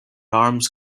arms